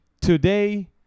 today